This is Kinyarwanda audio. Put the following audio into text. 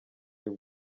y’u